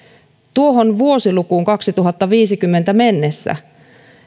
tuohon vuosilukuun kaksituhattaviisikymmentä mennessä